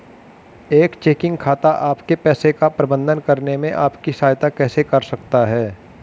एक चेकिंग खाता आपके पैसे का प्रबंधन करने में आपकी सहायता कैसे कर सकता है?